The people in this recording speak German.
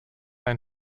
ein